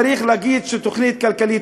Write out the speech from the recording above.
צריך להגיד שתוכנית כלכלית,